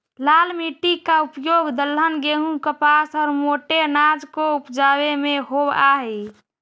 लाल मिट्टी का उपयोग दलहन, गेहूं, कपास और मोटे अनाज को उपजावे में होवअ हई